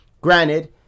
Granted